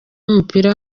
w’umupira